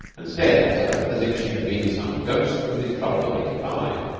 and stared at her as if she had been some ghost from his trouble of eighty five.